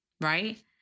Right